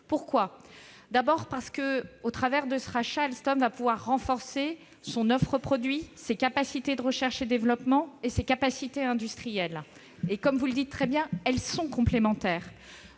Pourquoi ? Premièrement, au travers de ce rachat, Alstom va pouvoir renforcer son offre de produits, ses capacités de recherche et développement et ses capacités industrielles. Comme vous le dites très bien, celles-ci sont complémentaires.